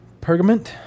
Pergament